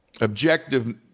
objective